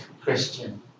Christian